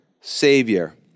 Savior